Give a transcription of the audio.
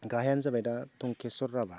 गाहायानो जाबाय दा टंकेस्वर राभा